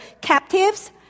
captives